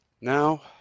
Now